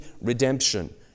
redemption